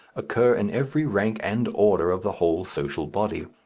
occur in every rank and order of the whole social body.